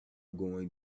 going